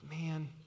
man